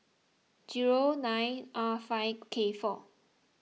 nine R five K four